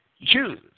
Jews